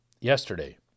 yesterday